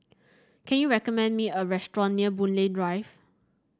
can you recommend me a restaurant near Boon Lay Drive